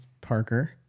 Parker